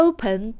Open